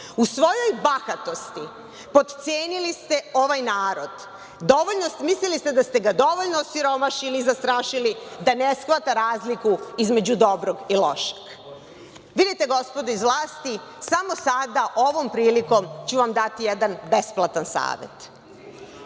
svojoj bahatosti potcenili ste ovaj narod. Mislili ste da ste ga dovoljno osiromašili i zastrašili da ne shvata razliku između dobrog i lošeg. Vidite, gospodo iz vlasti, samo sada ovom prilikom ću vam dati jedan besplatan savet.